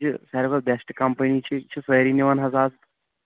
یہِ چھِ سارِوٕے کھۄتہٕ بیٚسٹ کَمپنی یہِ چھِ سٲری نِوان حظ از